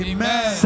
Amen